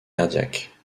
cardiaque